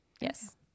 yes